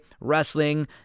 Wrestling